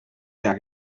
jak